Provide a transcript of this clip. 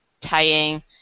tying